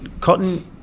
cotton